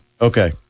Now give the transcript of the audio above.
Okay